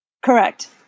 Correct